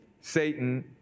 Satan